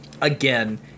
again